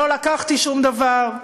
לא לקחתי שום דבר,